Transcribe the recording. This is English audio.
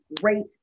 great